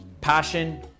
passion